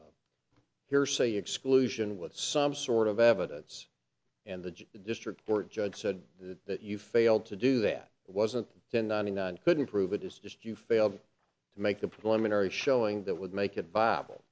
of hearsay exclusion with some sort of evidence and the judge the district court judge said that that you failed to do that wasn't then ninety nine couldn't prove it is just you failed to make the preliminary showing that would make it bible